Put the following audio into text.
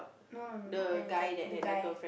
no no no not manager the guy